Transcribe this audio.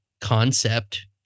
concept